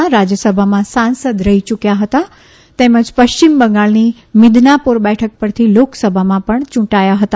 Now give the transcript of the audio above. તેઓ રાજયસભામાં સાંસદ રહી યુકયા હતા તેમજ પશ્ચિમ બંગાળની મીદનાપોર બેઠક પરથી લોકસભામાં પણ ચુંટાયા હતા